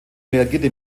reagierte